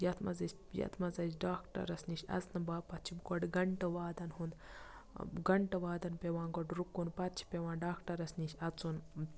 یَتھ منٛز أسۍ یَتھ منٛز اَسہِ ڈاکٹرَس نِش اَژنہٕ باپَتھ چھِ گۄڈٕ گںٛٹہٕ وادَن ہُنٛد گںٛٹہٕ وادَن پٮ۪وان گۄڈٕ رُکُن پَتہٕ چھِ پٮ۪وان ڈاکٹَرَس نِش اَژُن